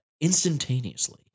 instantaneously